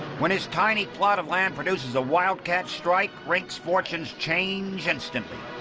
when his tiny plot of land produces a wildcat strike, rink's fortunes change instantly.